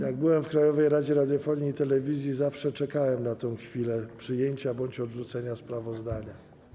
Jak byłem w Krajowej Radzie Radiofonii i Telewizji, zawsze czekałem na tę chwilę przyjęcia bądź odrzucenia sprawozdania.